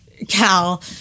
cal